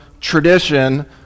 tradition